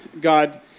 God